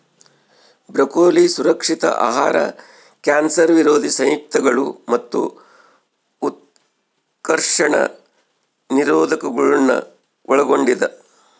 broccoli ಸುರಕ್ಷಿತ ಆಹಾರ cancer ವಿರೋಧಿ ಸಂಯುಕ್ತಗಳು ಮತ್ತು ಉತ್ಕರ್ಷಣ ನಿರೋಧಕಗುಳ್ನ ಒಳಗೊಂಡಿದ